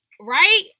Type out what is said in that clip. right